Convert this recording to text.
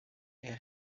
est